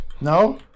No